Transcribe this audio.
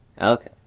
Okay